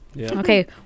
Okay